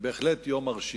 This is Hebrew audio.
בהחלט יום מרשים.